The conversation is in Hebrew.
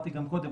אמרתי גם קודם,